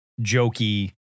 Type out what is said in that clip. jokey